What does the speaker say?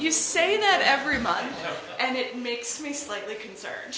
you say that every month and it makes me slightly concerned